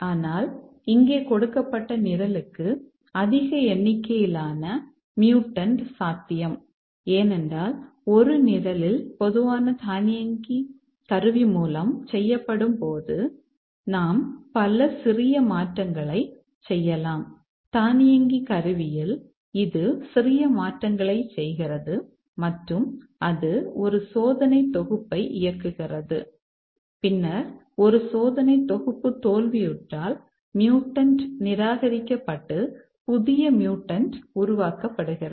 ஆனால் இங்கே கொடுக்கப்பட்ட நிரலுக்கு அதிக எண்ணிக்கையிலான மியூடன்ட் உருவாக்கப்படுகிறது